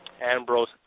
Ambrose